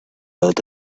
out